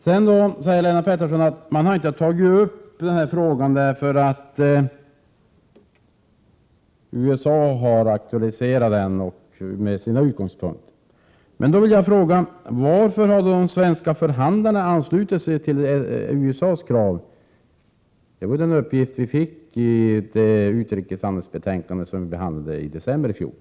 Så Sedan säger Lennart Pettersson att man inte har tagit upp den här frågan därför att USA har aktualiserat den från sina utgångspunkter. Men då vill jag fråga: Varför har de svenska förhandlarna anslutit sig till USA:s krav? Det var den uppgift vi fick i det utrikeshandelsbetänkande som vi behandlade i december i fjol.